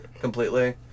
completely